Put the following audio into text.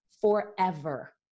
forever